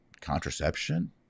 contraception